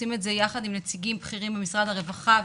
עושים את זה יחד עם נציגים בכירים במשרד הרווחה,